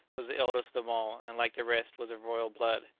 was the eldest of them all, and, like the rest, was of royal blood.